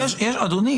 אדוני,